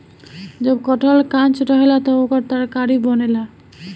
जब कटहल कांच रहेला त ओकर तरकारी बनेला